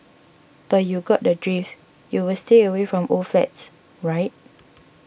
but you got the drift you will stay away from old flats right